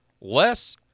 less